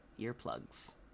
earplugs